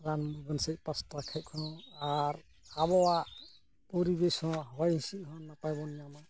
ᱨᱟᱱ ᱢᱩᱨᱜᱟᱹᱱ ᱥᱮᱫ ᱯᱟᱦᱚᱴᱟ ᱠᱷᱚᱱ ᱦᱚᱸ ᱟᱨ ᱟᱵᱚᱣᱟᱜ ᱯᱚᱨᱤᱵᱮᱥ ᱦᱚᱸ ᱦᱚᱭ ᱦᱤᱸᱥᱤᱫ ᱦᱚᱸ ᱱᱟᱯᱟᱭ ᱵᱚᱱ ᱧᱟᱢᱟ